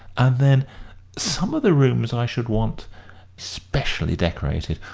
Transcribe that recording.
and then some of the rooms i should want specially decorated.